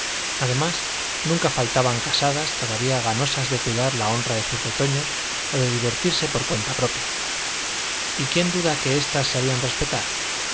además nunca faltaban casadas todavía ganosas de cuidar la honra de sus retoños o de divertirse por cuenta propia y quién duda que estas se harían respetar